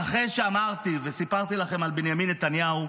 ואחרי שאמרתי וסיפרתי לכם על בנימין נתניהו,